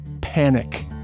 panic